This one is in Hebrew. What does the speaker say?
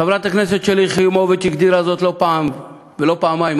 חברת הכנסת שלי יחימוביץ הגדירה זאת לא פעם ולא פעמיים,